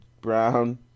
Brown